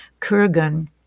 Kurgan